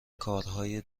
کارهای